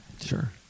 Sure